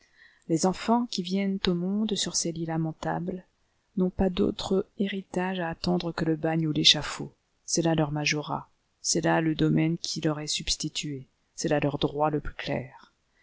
les enfants qui viennent au monde sur ces lits lamentables n'ont pas d'autre héritage à attendre que le bagne ou l'échafaud c'est là leur majorat c'est là le domaine qui leur est substitué c'est là leur droit le plus clair